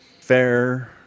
Fair